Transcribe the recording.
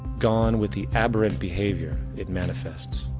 gone with the aberrant behavior it manifests.